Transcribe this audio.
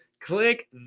click